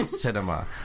cinema